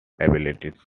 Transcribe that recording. abilities